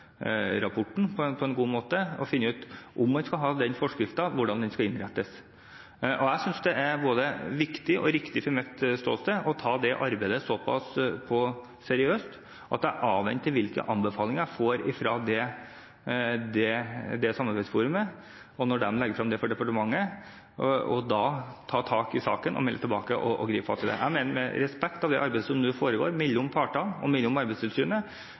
på en god måte og finner ut – om man skal ha denne forskriften – hvordan den skal innrettes. Jeg synes det er både viktig og riktig ut fra mitt ståsted å ta dette arbeidet så pass seriøst at jeg avventer hvilke anbefalinger jeg får fra samarbeidsforumet, og, når de legger dette frem for departementet, ta tak i saken, melde tilbake og gripe fatt i det. Jeg mener at i respekt for det arbeidet som nå foregår mellom partene og i Arbeidstilsynet,